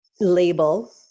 label